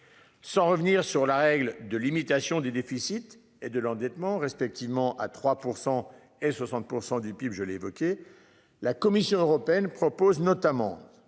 Sans revenir sur la règle de limitation des déficits et de l'endettement respectivement à 3% et 60% du PIB. Je l'ai évoqué, la Commission européenne propose notamment